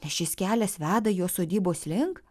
nes šis kelias veda jo sodybos link